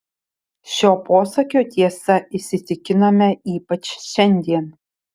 šio posakio tiesa įsitikinome ypač šiandien